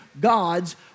God's